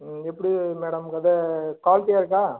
ம் எப்படி மேடம் அது குவாலிட்டியாக இருக்கா